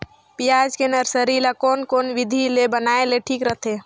पियाज के नर्सरी ला कोन कोन विधि ले बनाय ले ठीक रथे?